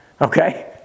okay